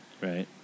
Right